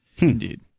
Indeed